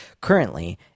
currently